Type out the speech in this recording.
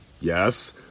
Yes